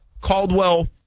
Caldwell